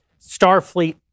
Starfleet